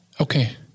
okay